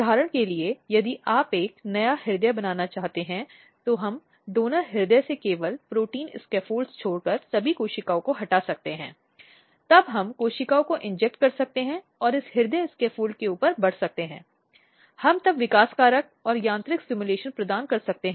उसे घर से बाहर निकाल दिया जा सकता है जिसके कारण उसे आश्रय की आवश्यकता हो सकती है उसके अपने बच्चे हो सकते हैं जिनकी सुरक्षा सुनिश्चित की जानी चाहिए व्यक्ति अपराधी को कहीं न कहीं नियंत्रित करना चाहिए ताकि वह महिलाओं के खिलाफ और अधिक नुकसान न कर सके